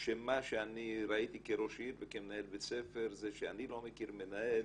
שמה שאני ראיתי כראש עיר וכמנהל בית ספר זה שאני לא מכיר מנהל